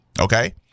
okay